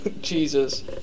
Jesus